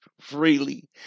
freely